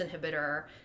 inhibitor